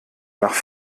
nach